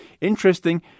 Interesting